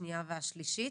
לשנייה והשלישית.